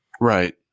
Right